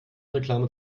reklame